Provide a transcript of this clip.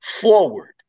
forward